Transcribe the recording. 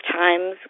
times